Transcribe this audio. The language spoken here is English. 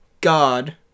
God